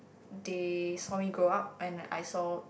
they saw me grow up and I saw